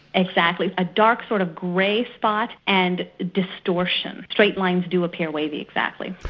exactly. a dark sort of grey spot, and distortion. straight lines do appear wavy, exactly.